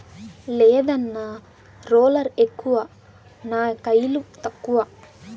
లేదన్నా, రోలర్ ఎక్కువ నా కయిలు తక్కువ